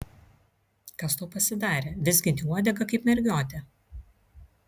kas tau pasidarė vizgini uodegą kaip mergiotė